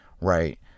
right